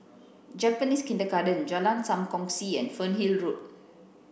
Japanese Kindergarten Jalan Sam Kongsi and Fernhill Road